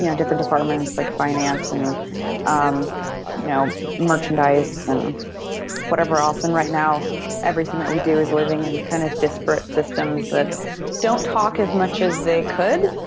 you know different departments like finance and um you know, merchandise and whatever else. and right now everything that we do is living in kind of disparate systems that don't talk as much as they could.